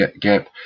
gap